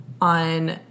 on